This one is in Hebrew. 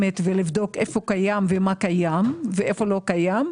איפה קיים, מה קיים, איפה לא קיים,